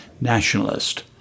nationalist